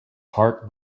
heart